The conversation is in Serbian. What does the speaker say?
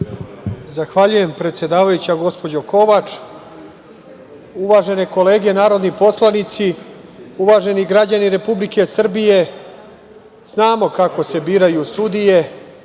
Zahvaljujem, predsedavajuća gospođo Kovač. Uvažene kolege narodni poslanici, uvaženi građani Republike Srbije, znamo kako se biraju sudije.